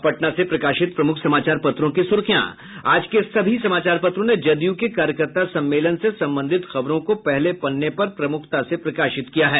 अब पटना से प्रकाशित प्रमुख समाचार पत्रों की सुर्खियां आज के सभी समाचार पत्रों ने जदयू के कार्यकर्ता सम्मेलन से संबंधित खबरों को पहले पन्ने पर प्रमुखता से प्रकाशित किया है